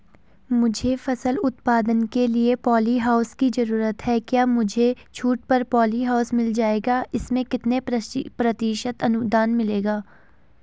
मुझे फसल उत्पादन के लिए प ॉलीहाउस की जरूरत है क्या मुझे छूट पर पॉलीहाउस मिल जाएगा इसमें कितने प्रतिशत अनुदान मिलेगा?